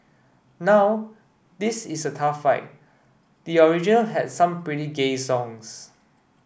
now this is a tough fight the original had some pretty gay songs